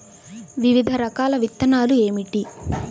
వివిధ రకాల విత్తనాలు ఏమిటి?